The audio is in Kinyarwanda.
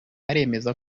aremeza